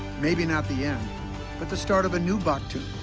maybe not the end but the start of a new baktun,